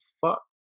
fuck